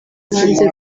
banze